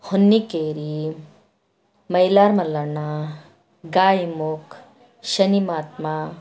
ಹೊನ್ನಿಕೇರಿ ಮೈಲಾರ ಮಲ್ಲಣ್ಣ ಗಾಯಿಮುಕ್ ಶನಿ ಮಹಾತ್ಮ